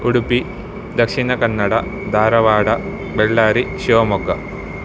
Udupi Dakshina Kannada Dharwad Ballari Shivamogga